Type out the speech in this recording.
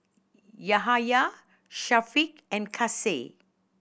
Yahaya Syafiq and Kasih